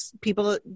people